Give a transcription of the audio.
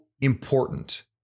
important